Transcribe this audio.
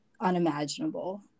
unimaginable